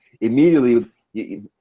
immediately